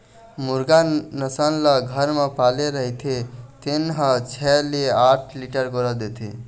मुर्रा नसल ल घर म पाले रहिथे तेन ह छै ले आठ लीटर गोरस देथे